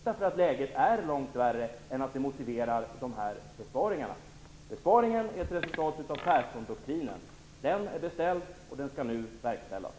Läget är nämligen så dåligt att det inte motiverar dessa besparingar. Besparingarna är ett resultat av Perssondoktrinen. Den är beställd och skall nu verkställas.